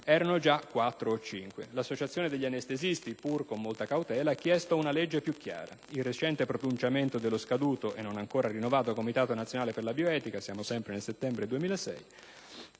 o cinque. L'associazione degli anestesisti, pur con molta cautela, ha chiesto una legge più chiara. Il recente pronunciamento dello scaduto e non ancora rinnovato Comitato nazionale per la bioetica» - siamo sempre nel settembre 2006